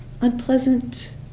unpleasant